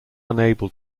unable